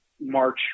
march